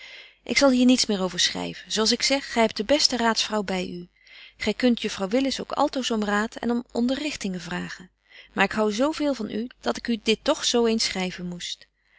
ik zal hier niets meer over schryven zo als ik zeg gy hebt de beste raadsvrouw by u gy kunt juffrouw willis ook altoos om raad en om onderrichtingen vragen maar ik hou zo veel van u dat ik u dit toch zo eens schryven moest